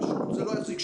פשוט לא יחזיק.